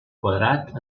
quadrat